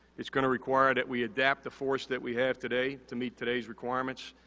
it's gonna require that we adapt the force that we have today to meet today's requirements,